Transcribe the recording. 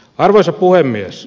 arvoisa puhemies